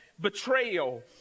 betrayal